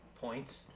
points